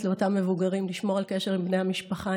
לאותם מבוגרים לשמור על קשר עם בני המשפחה,